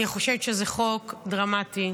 אני חושבת שזה חוק דרמטי.